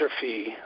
fee